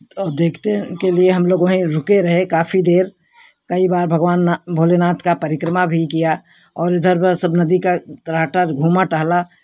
और देखते के लिए हम लोग वहीं रुके रहे काफ़ी देर कई बार भगवान भोलेनाथ का परिक्रमा भी किया और इधर उधर सब नदी का तलहटा घूमा टहला